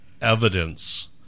evidence